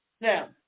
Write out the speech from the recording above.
Now